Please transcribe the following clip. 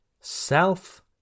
Self